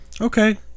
Okay